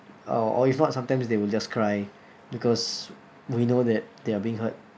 uh or if not sometimes they will just cry because we know that they are being hurt